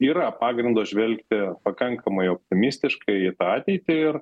yra pagrindo žvelgti pakankamai optimistiškai į tą ateitį ir